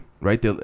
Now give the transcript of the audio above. right